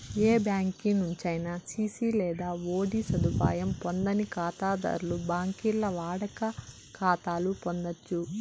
ఏ బ్యాంకి నుంచైనా సిసి లేదా ఓడీ సదుపాయం పొందని కాతాధర్లు బాంకీల్ల వాడుక కాతాలు పొందచ్చు